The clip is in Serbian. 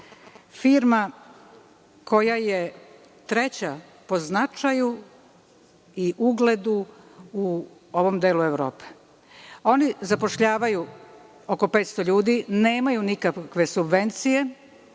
firma koja je treća po značaju i ugledu u ovom delu Evrope. Oni zapošljavaju oko 500 ljudi. Nemaju nikakve subvencije.